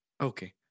Okay